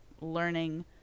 learning